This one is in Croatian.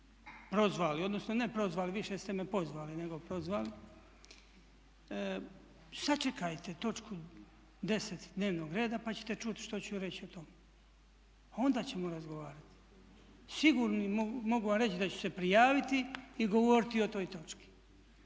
prozvali, odnosno ne prozvali više ste me pozvali nego prozvali, sačekajte točku 10. dnevnog reda pa ćete čuti što ću reći o tome. Onda ćemo razgovarati. Sigurno mogu vam reći da ću se prijaviti i govoriti o toj točki.